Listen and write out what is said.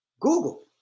Google